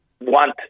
want